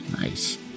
nice